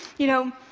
you know,